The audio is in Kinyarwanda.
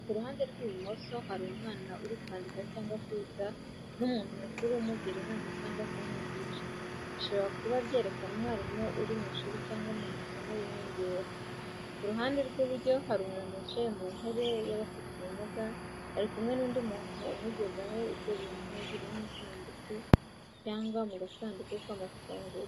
Ku ruhande rw’ibumoso harimo umwana uri kwandika cyangwa kwiga n’umuntu mukuru amugira inama cyangwa akamwigisha, bishobora kuba byerekana umwana uri mu ishuri cyangwa mu masomo y’inyongera. Ku ruhande rw’iburyo harimo umuntu wicaye mu ntebe y’abafite ubumuga, ari kumwe n’undi muntu umugezaho ibyo bintu biri mu isanduku cyangwa mu gasanduku k’amafunguro.